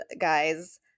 guys